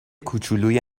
کوچولوی